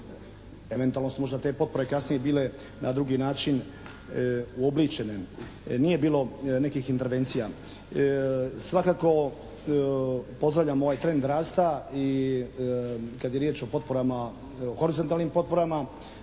eventualnost možda te potpore kasnije bile na drugi način uobličene. Nije bilo nekih intervencija. Svakako pozdravljam ovaj trend rasta. I kad je riječ o potporama, horizontalnim potporama